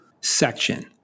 section